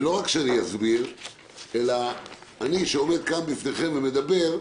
ולא רק שאני אסביר אלא אני שעומד כאן בפניכם ומדבר,